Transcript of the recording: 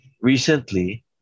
recently